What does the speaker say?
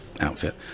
outfit